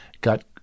Got